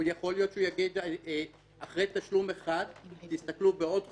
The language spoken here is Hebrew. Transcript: יכול להיות שהוא יגיד אחרי תשלום אחד "תסתכלו בעוד חודש",